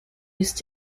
use